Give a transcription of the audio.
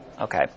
Okay